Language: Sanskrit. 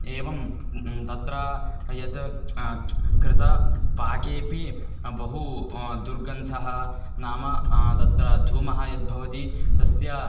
एवं तत्र यद् कृतं पाकेपि बहु दुर्गन्धः नाम तत्र धूमः यद्भवति तस्य